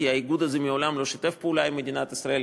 כי האיגוד הזה מעולם לא שיתף פעולה עם מדינת ישראל,